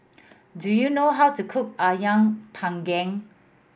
do you know how to cook Ayam Panggang